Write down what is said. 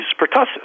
pertussis